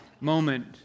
moment